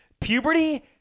puberty